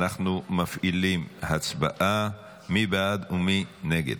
אנחנו מפעילים הצבעה, מי בעד ומי נגד?